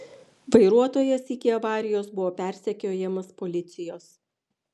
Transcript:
vairuotojas iki avarijos buvo persekiojamas policijos